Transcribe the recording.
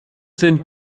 sind